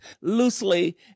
loosely